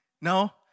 No